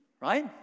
Right